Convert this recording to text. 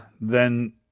Then-